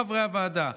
כל חברי הוועדה,